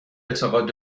اعتقاد